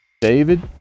David